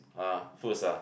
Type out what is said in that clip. uh foods ah